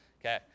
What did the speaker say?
Okay